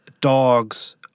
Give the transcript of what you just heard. dogs